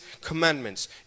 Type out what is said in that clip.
commandments